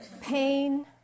Pain